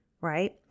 right